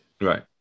Right